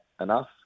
enough